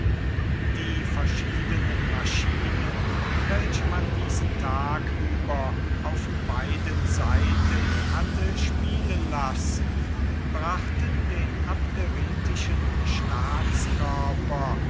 die verschiedenen maschinen welche man diesen tag über auf beiden seiten hatte spielen lassen brachten den abderitischen staatskörper